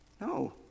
no